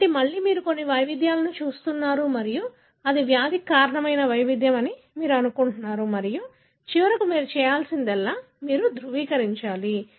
కాబట్టి మళ్లీ మీరు కొన్ని వైవిధ్యాలను చూస్తున్నారు మరియు ఇది వ్యాధికి కారణమయ్యే వైవిధ్యం అని మీరు అనుకుంటారు మరియు చివరికి మీరు చేయాల్సిందల్లా మీరు ధృవీకరించాలి